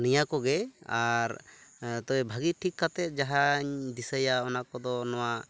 ᱱᱤᱭᱟ ᱠᱚᱜᱮ ᱟᱨ ᱚᱛᱚᱭᱮᱵ ᱵᱷᱟᱹᱜᱤ ᱴᱷᱤᱠ ᱠᱟᱛᱮᱫ ᱡᱟᱦᱟᱧ ᱫᱤᱥᱟᱹᱭᱟ ᱚᱱᱟ ᱠᱚᱫᱚ ᱱᱚᱣᱟ